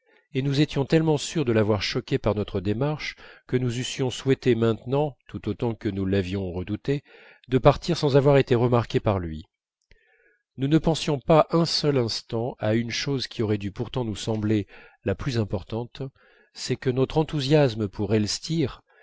et nous étions tellement sûrs de l'avoir choqué par notre démarche que nous eussions souhaité maintenant tout autant que nous l'avions redouté de partir sans avoir été remarqués par lui nous ne pensions pas un seul instant à une chose qui aurait dû pourtant nous sembler la plus importante c'est que notre enthousiasme pour elstir